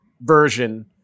version